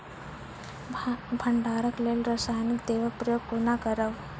भंडारणक लेल रासायनिक दवेक प्रयोग कुना करव?